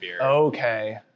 okay